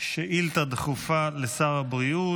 שאילתה דחופה לשר הבריאות.